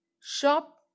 shop